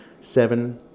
seven